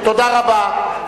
תודה רבה.